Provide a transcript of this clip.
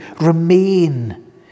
remain